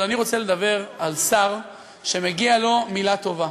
אבל אני רוצה לדבר על שר שמגיעה לו מילה טובה,